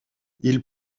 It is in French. ils